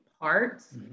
parts